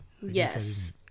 yes